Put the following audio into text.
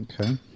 Okay